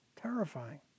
terrifying